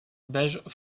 beige